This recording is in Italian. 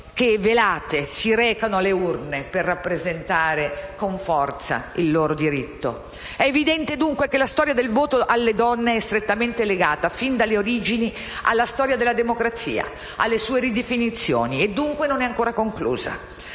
che, velate, si recano alle urne, per rappresentare con forza il loro diritto. È evidente, dunque, che la storia del voto alle donne è strettamente legata, fin dalle origini, alla storia della democrazia e delle sue ridefinizioni, e dunque non si è ancora conclusa.